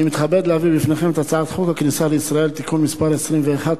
אני מתכבד להביא בפניכם את הצעת חוק הכניסה לישראל (תיקון מס' 21),